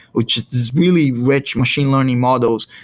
which is really rich machine learning models.